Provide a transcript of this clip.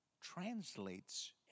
translates